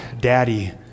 Daddy